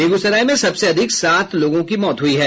बेगूसराय में सबसे अधिक सात लोगों की मौत हुई है